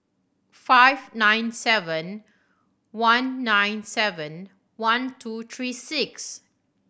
five nine seven one nine seven one two three six